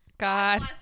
God